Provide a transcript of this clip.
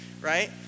right